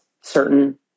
certain